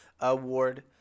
award